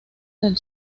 del